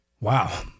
Wow